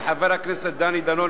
לחבר הכנסת דני דנון,